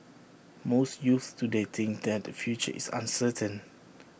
most youths today think that their future is uncertain